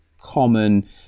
common